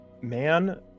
man